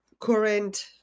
current